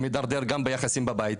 הוא מתדרדר גם ביחסים בבית,